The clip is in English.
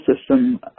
system